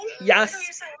Yes